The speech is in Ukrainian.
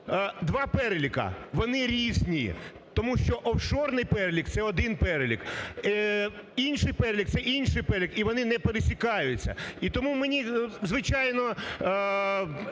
два переліки – вони різні. Тому що офшорний перелік – це один перелік. Інший перелік – це інший перелік. І вони не пересікаються. І тому мені, звичайно,